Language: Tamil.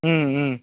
ம் ம்